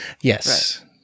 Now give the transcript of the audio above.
Yes